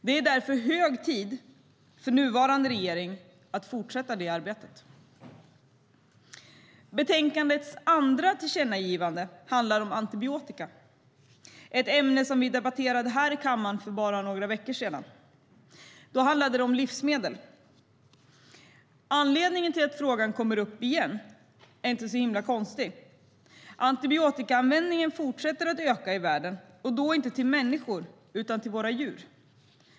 Det är därför hög tid för nuvarande regering att fortsätta det arbetet. Antibiotikaanvändningen fortsätter att öka i världen och då inte till människor utan till våra djur.